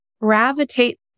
gravitate